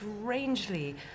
strangely